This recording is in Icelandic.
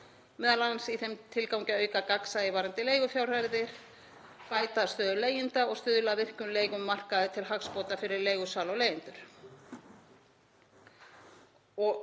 m.a. í þeim tilgangi að auka gagnsæi varðandi leigufjárhæðir, bæta stöðu leigjenda og stuðla að virkum leigumarkaði til hagsbóta fyrir leigusala og leigjendur.